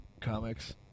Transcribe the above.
Comics